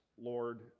lord